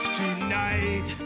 tonight